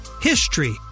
HISTORY